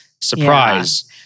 surprise